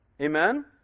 Amen